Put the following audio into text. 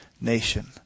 nation